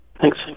Thanks